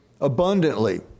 abundantly